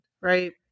right